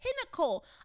pinnacle